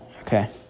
Okay